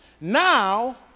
now